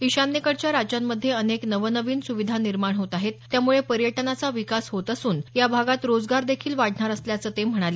इशान्येकडच्या राज्यांमध्ये अनेक नवनविन सुविधा निर्माण होत आहेत त्यामुळे पर्यटनाचा विकास होत असून या भागात रोजगार देखील वाढणार असल्याचं ते म्हणाले